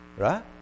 right